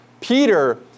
Peter